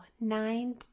nine